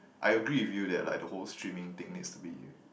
I agree with you that like the whole streaming thing needs to be